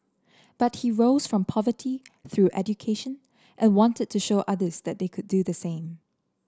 but he rose from poverty through education and wanted to show others that they could do the same